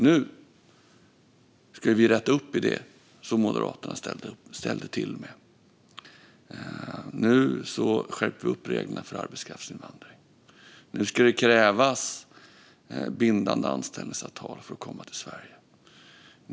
Nu ska vi rätta det som Moderaterna ställde till med. Nu skärper vi reglerna för arbetskraftsinvandring. Nu ska det krävas bindande anställningsavtal för att komma till Sverige.